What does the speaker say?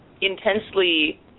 intensely